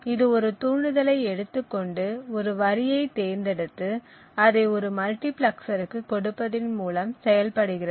இது ஒரு தூண்டுதலை எடுத்து கொண்டு ஒரு வரியை தேர்ந்தெடுத்து அதை ஒரு மல்டிபிளெக்சருக்கு கொடுப்பதின் மூலம் செயல்படுகிறது